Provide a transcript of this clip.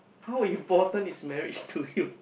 how important is marriage to you